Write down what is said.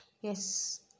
Yes